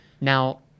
Now